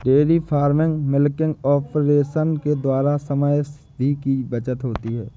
dairy farming milking operation के द्वारा समय की भी बचत होती है